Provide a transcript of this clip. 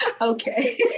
okay